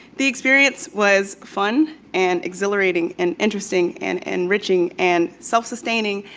the experience was fun, and exhilarating, and interesting, and enriching, and self-sustaining,